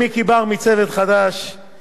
שבא והאיר את עינינו,